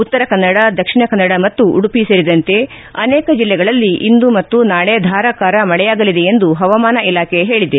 ಉತ್ತರ ಕನ್ನಡ ದಕ್ಷಿಣ ಕನ್ನಡ ಮತ್ತು ಉಡುಪಿ ಸೇರಿದಂತೆ ಅನೇಕ ಜಿಲ್ಲೆಗಳಲ್ಲಿ ಇಂದು ಮತ್ತು ನಾಳೆ ಧಾರಾಕಾರ ಮಳೆಯಾಗಲಿದೆ ಎಂದು ಪವಾಮಾನ ಇಲಾಖೆ ಹೇಳಿದೆ